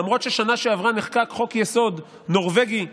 למרות שבשנה שעברה נחקק חוק-יסוד נורבגי אחר,